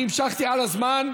אל תגלה.